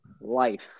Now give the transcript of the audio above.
life